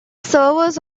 servers